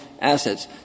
assets